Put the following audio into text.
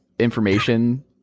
information